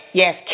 yes